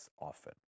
often